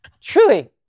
Truly